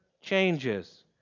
changes